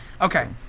Okay